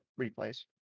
replays